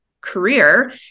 career